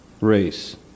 race